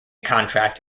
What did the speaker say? contract